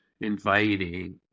inviting